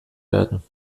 werden